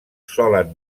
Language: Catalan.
solen